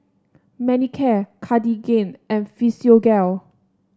Manicare Cartigain and Physiogel